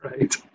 Right